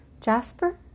Jasper